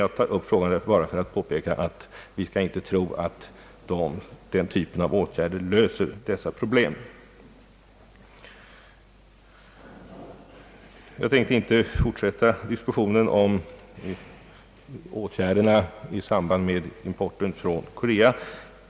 Jag tar upp detta bara för att påpeka att man inte skall tro att den typen av åtgärder löser dessa problem. Jag tänker inte fortsätta diskussionen om åtgärderna i samband med importen från Korea.